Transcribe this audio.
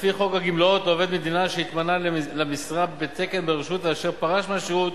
לפי חוק הגמלאות לעובד מדינה שהתמנה למשרה בתקן ברשות ואשר פרש מהשירות,